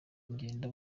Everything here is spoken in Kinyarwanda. genda